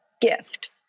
gift